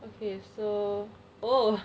okay so oh